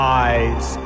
eyes